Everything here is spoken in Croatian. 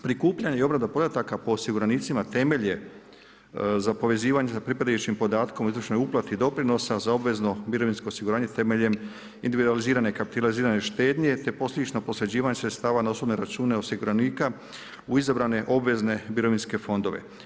Prikupljanje i obrada podataka po osiguranicima temelj je za povezivanje za … podatkom o izvršenoj uplati doprinosa za obvezno mirovinsko osiguranje temeljem individualizirane i … štednje te posljedično … sredstava na osobne račune osiguranika u izabrane obvezne mirovinske fondove.